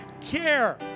care